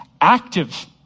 active